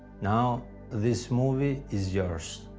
now this movie is yours.